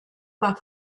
war